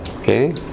Okay